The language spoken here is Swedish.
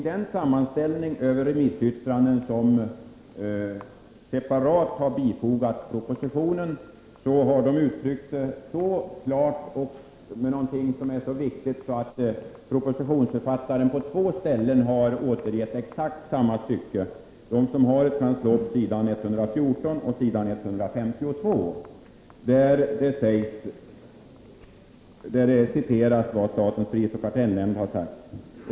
Den har klart uttryckt sin mening, och det har ansetts så viktigt att propositionsförfattaren på två ställen i den sammanställning av remissyttranden som separat har bifogats propositionen har återgett exakt samma stycke. De som har sammanställningen kan slå upp på s. 114 och s. 152, där det citeras vad prisoch kartellnämnden har sagt.